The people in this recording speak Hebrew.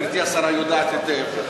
גברתי השרה יודעת היטב.